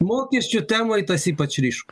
mokesčių temoj tas ypač ryš